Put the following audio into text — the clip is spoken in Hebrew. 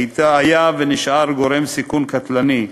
היה ונשאר גורם סיכון קטלני,